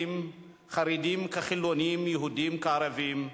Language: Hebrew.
חרדים כחילונים, יהודים כערבים,